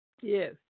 Yes